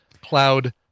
Cloud